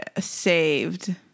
saved